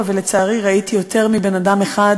ולצערי, ראיתי יותר מבן-אדם אחד